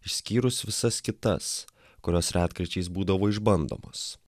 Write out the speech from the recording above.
išskyrus visas kitas kurios retkarčiais būdavo išbandomos